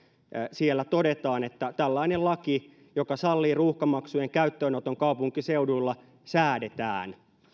siellä todetaan että tällainen laki joka sallii ruuhkamaksujen käyttöönoton kaupunkiseuduilla säädetään